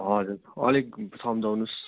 हजुर अलिक सम्झाउनुहोस्